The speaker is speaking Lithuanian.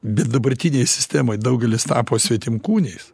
bet dabartinėje sistemoj daugelis tapo svetimkūniais